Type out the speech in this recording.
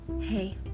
Hey